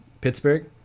Pittsburgh